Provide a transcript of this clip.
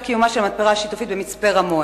קיומה של המתפרה השיתופית במצפה-רמון.